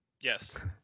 yes